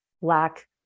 lack